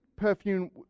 perfume